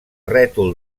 rètol